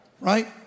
Right